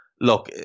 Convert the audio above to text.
look